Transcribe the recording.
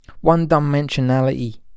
one-dimensionality